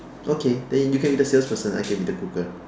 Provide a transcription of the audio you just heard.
okay then you can be the sales person I can be the cooker